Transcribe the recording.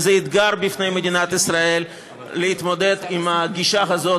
וזה אתגר בפני מדינת ישראל להתמודד עם הגישה הזאת,